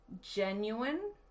genuine